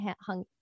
hung